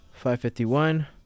551